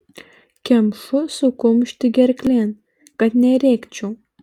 kemšu sau kumštį gerklėn kad nerėkčiau